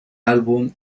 álbum